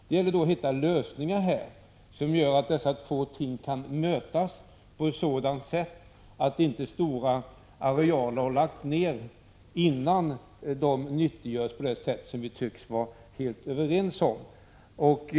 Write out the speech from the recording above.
Då gäller det att hitta lösningar, så att dessa två ting kan mötas på ett sådant sätt att inte stora arealer läggs ned, innan de nyttiggörs på det sätt som vi tycks vara helt överens om.